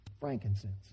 Frankincense